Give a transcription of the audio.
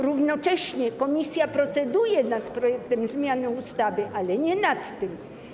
Równocześnie komisja proceduje nad projektem ustawy o zmianie ustawy, ale nie nad tym.